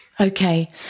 Okay